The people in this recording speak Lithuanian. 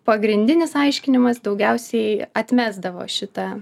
pagrindinis aiškinimas daugiausiai atmesdavo šitą